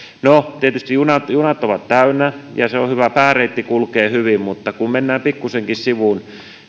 no tietysti junat junat ovat täynnä ja se on hyvä pääreitti kulkee hyvin mutta kun mennään pikkuisenkin sivuun